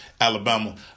Alabama